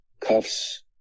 cuffs